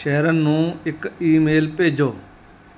Sharon ਨੂੰ ਇੱਕ email ਭੇਜੋ